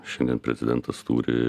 šiandien prezidentas turi